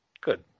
Good